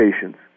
patients